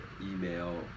email